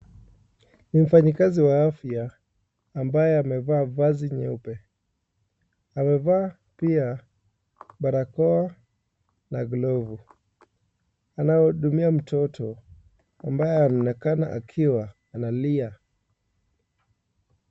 Mfanyakazi wa afya ambaye amevaa vazi nyeupe. Amevaa pia barakoa na glovu. Anawahudumia mtoto ambaye ameonekana akiwa analia.